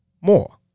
more